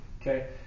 Okay